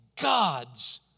God's